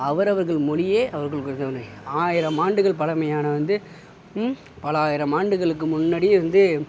அவர் அவர்கள் மொழியே அவர்கள் ஆயிரம் ஆண்டுகள் பழமையான வந்து பல்லாயிரம் ஆண்டுகளுக்கு முன்னாடி வந்து